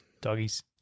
doggies